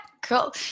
cool